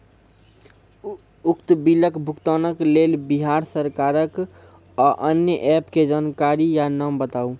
उक्त बिलक भुगतानक लेल बिहार सरकारक आअन्य एप के जानकारी या नाम बताऊ?